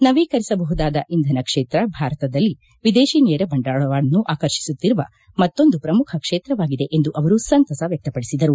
ನವೀಕರಿಸಬಹುದಾದ ಇಂಧನ ಕ್ಷೇತ್ರ ಭಾರತದಲ್ಲಿ ವಿದೇಶಿ ನೇರ ಬಂಡವಾಳವನ್ನು ಆಕರ್ಷಿಸುತ್ತಿರುವ ಮತ್ತೊಂದು ಪ್ರಮುಖ ಕ್ಷೇತ್ರವಾಗಿದೆ ಎಂದು ಅವರು ಸಂತಸ ವ್ಯಕ್ತಪಡಿಸಿದರು